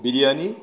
biryani